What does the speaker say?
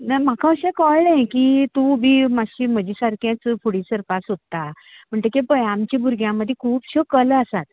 ना म्हाका अशें कळ्ळें कि तूं बी मातशें म्हजे सारकेंच फुडें सरपाक सोदतां म्हणटगीर पळय आमच्या भुरग्यां मदी खूबश्यो कला आसात